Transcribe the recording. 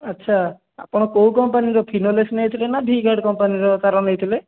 ଆଛା ଆପଣ କେଉଁ କମ୍ପାନୀର ଫିନୋଲେକ୍ସ୍ ନେଇଥିଲେ ତ ଭିଗାର୍ଡ଼ କମ୍ପାନୀର ତାର ନେଇଥିଲେ